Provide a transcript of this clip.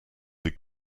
des